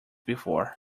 before